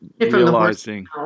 realizing